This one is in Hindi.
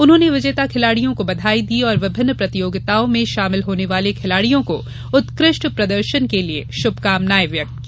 उन्होंने विजेता खिलाड़ियो को बधाई दी और विभिन्न प्रतियोगिताओ में शामिल होने वाले खिलाड़ियों को उत्कृष्ट प्रदर्शन के लिए शुभकामनाएँ व्यक्त की